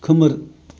खोमोर